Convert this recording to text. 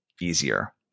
easier